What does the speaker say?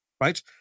right